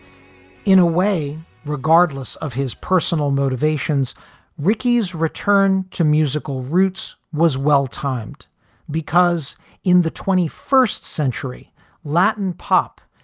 in a way, regardless of his personal motivations ricky's return to musical roots was well-timed because in the twenty first century latin pop,